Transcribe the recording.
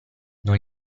non